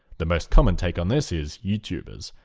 the most common take on this is youtubers.